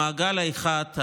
המעגל האחד,